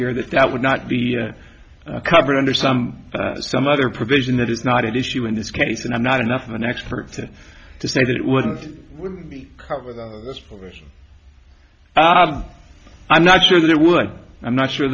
here that that would not be covered under some some other provision that is not at issue in this case and i'm not enough of an expert to say that it wouldn't be hard with this person i'm not sure that it would i'm not sure